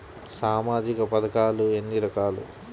సామాజిక పథకాలు ఎన్ని రకాలు?